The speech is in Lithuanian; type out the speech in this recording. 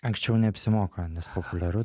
anksčiau neapsimoka nes populiaru